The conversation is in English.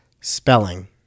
Spelling